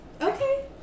Okay